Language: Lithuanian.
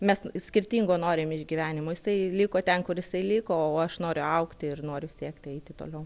mes skirtingo norim iš gyvenimo jisai liko ten kur jisai liko o aš noriu augti ir noriu siekti eiti toliau